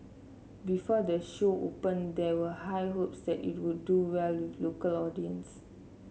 before the show opened there were high hopes that it would do well with local audiences